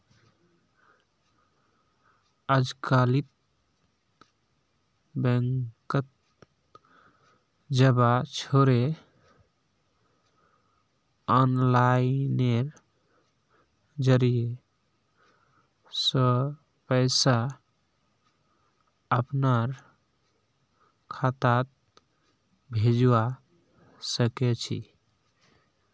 अजकालित बैंकत जबा छोरे आनलाइनेर जरिय स पैसा अपनार खातात भेजवा सके छी